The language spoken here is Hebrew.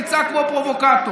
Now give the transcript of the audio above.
ותצעק כמו פרובוקטור,